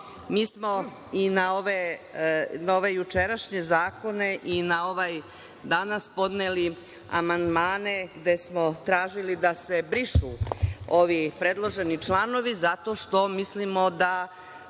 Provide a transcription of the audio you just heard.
mi smo i na ove jučerašnje zakona i na ovaj danas podneli amandmane gde smo tražili da se brišu ovi predloženi članovi zato što mislimo da